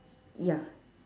ya